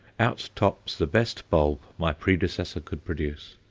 outtops the best bulb my predecessor could produce.